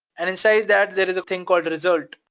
and inside that, there is a thing called result.